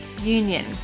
union